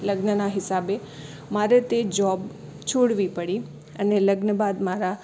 લગ્નનાં હિસાબે મારે તે જૉબ છોડવી પડી અને લગ્ન બાદ મારા